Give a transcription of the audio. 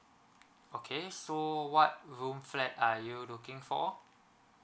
okay so what room flat are you looking for